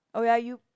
oh ya you